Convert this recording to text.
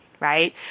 right